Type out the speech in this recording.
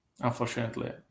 unfortunately